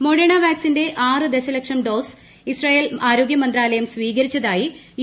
Moderna വാക്സിന്റെ ആറ് ദശലക്ഷം ഡോസ് ഇസ്രയേൽ ആരോഗ്യമന്ത്രാലയം സ്വീകരിച്ചതായി യു